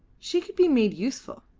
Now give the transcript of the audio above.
she could be made useful.